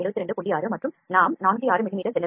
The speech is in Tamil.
6 மற்றும் நாம் 406 மிமீ செல்ல வேண்டும்